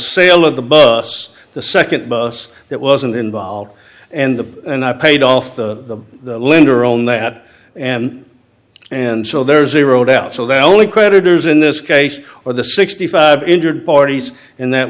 sale of the bus the second bus that wasn't involved and the and i paid off the lender own that and and so there's a road out so they're only creditors in this case or the sixty five injured parties and that